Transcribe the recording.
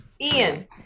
ian